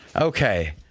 Okay